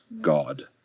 God